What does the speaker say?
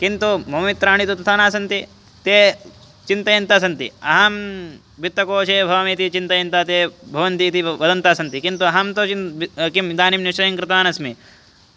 किन्तु मम मित्राणि तु तथा न सन्ति ते चिन्तयन्तः सन्ति अहं वित्तकोशे भवामि इति चिन्तयन्तः ते भवन्ति इति बव् वदन्तः सन्ति किन्तु अहं तु किम् इदानीं निश्चयङ्कृतवान् अस्मि